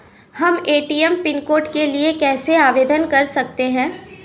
हम ATM pin code के लिए कैसे आवेदन कर सकते हैं?